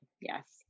yes